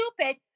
stupid